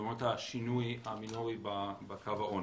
למרות השינוי המינורי בקו העוני.